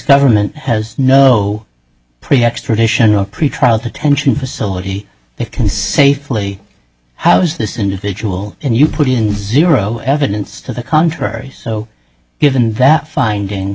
government has no pretty extradition or pretrial detention facility they can safely housed this individual and you put in zero evidence to the contrary so given that finding